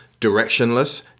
directionless